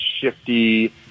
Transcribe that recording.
shifty